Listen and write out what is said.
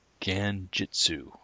Ganjitsu